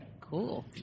cool